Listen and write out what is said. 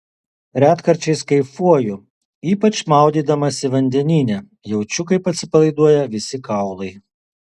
retkarčiais kaifuoju ypač maudydamasi vandenyne jaučiu kaip atsipalaiduoja visi kaulai